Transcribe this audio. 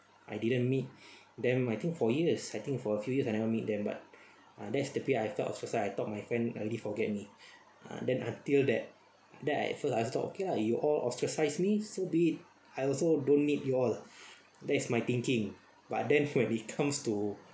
I didn't meet them I think for years I think for a few years I never meet them but ah that's the peak I felt ostracised I thought my friend already forget me ah then until that that I feel I thought okay lah you all ostracised me so be it I also don't need you all that is my thinking but then when it comes to